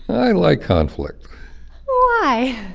i like conflict why?